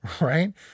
Right